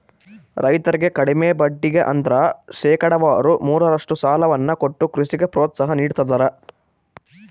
ರೈತರಿಗೆ ಕಡಿಮೆ ಬಡ್ಡಿಗೆ ಅಂದ್ರ ಶೇಕಡಾವಾರು ಮೂರರಷ್ಟು ಸಾಲವನ್ನ ಕೊಟ್ಟು ಕೃಷಿಗೆ ಪ್ರೋತ್ಸಾಹ ನೀಡ್ತದರ